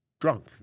drunk